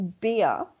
beer